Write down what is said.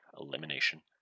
elimination